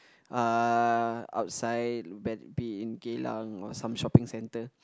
uh outside whether be in Geylang or some shopping centre